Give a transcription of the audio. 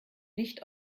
nicht